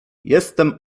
jestem